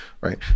right